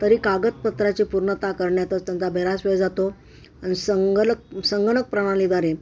तरी कागदपत्राची पूर्णत करण्यातच त्यांचा बराच वेळ जातो आणि संगणक संगणक प्रणालीद्वारे